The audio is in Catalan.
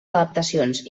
adaptacions